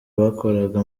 bakoraga